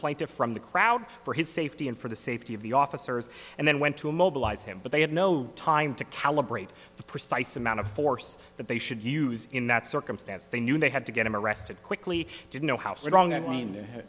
plate to from the crowd for his safety and for the safety of the officers and then went to immobilize him but they had no time to calibrate the precise amount of force that they should use in that circumstance they knew they had to get him arrested quickly didn't know how strong